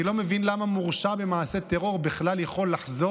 אני לא מבין בכלל למה מורשע במעשה טרור יכול לחזור